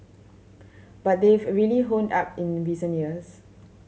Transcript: but they've really honed up in recent years